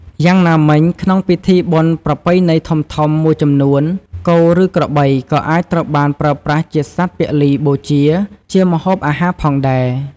យ៉ាងណាមិញ ក្នុងពិធីបុណ្យប្រពៃណីធំៗមួយចំនួន គោ ឬក្របីក៏អាចត្រូវបានប្រើប្រាស់ជាសត្វពលីបូជា ជាម្ហូបអាហារផងដែរ។